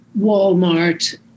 Walmart